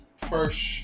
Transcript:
first